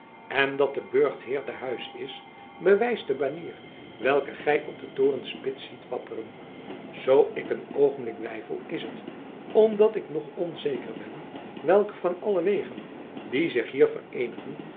en dat de burchtheer te huis is bewijst de banier welke gij op de torenspits ziet wapperen zoo ik een oogenblik weifel is het omdat ik nog onzeker ben welke van al de wegen die zich hier